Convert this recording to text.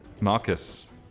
Marcus